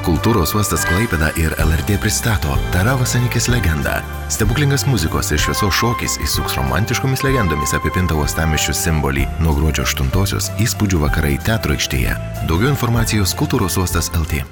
kultūros uostas klaipėda ir lrt pristato taravos anikės legendą stebuklingas muzikos ir šviesos šokis įsuks romantiškomis legendomis apipintą uostamiesčio simbolį nuo gruodžio aštuntosios įspūdžių vakarai teatro aikštėje daugiau informacijos kultūros uostas el t